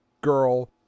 Girl